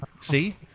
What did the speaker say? see